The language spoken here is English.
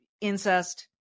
incest